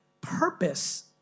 purpose